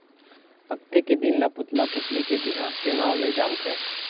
अक्ती के दिन ल पुतला पुतली के बिहा के नांव ले जानथें